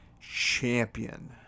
champion